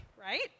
right